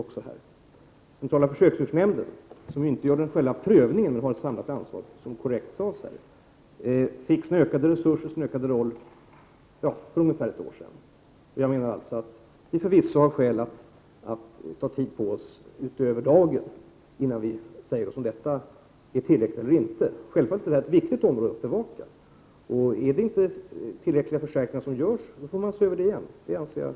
Centrala försöksdjursnämnden — som inte själv prövar, men ändå har ett samlat ansvar som det korrekt sades — fick ökade resurser och större betydelse för ungefär ett år sedan. Vi har förvisso skäl att ta tid på oss när vi skall utröna om detta är tillräckligt eller inte. Detta är självfallet ett viktigt område att bevaka. Om de förstärkningar som görs inte är tillräckliga, får man se över detta igen.